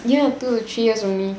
ya two to three years only